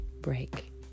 break